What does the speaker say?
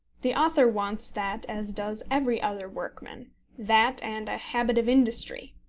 the author wants that as does every other workman that and a habit of industry.